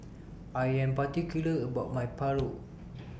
I Am particular about My Paru